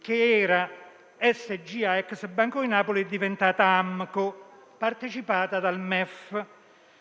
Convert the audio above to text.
che era SGA ex Banco di Napoli ed è diventata AMCO, società partecipata dal MEF.